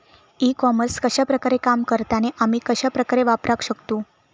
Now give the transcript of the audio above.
E commerce कश्या प्रकारे काम करता आणि आमी कश्या प्रकारे वापराक शकतू?